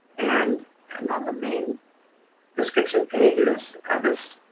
and and on the main description pages of this,